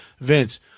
vince